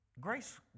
Grace